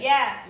Yes